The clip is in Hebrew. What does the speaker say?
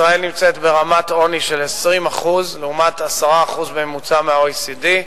ישראל נמצאת ברמת עוני של 20% לעומת 10% בממוצע ב-OECD.